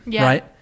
right